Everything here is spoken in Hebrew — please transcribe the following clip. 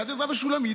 יד עזרא ושולמית,